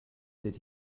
did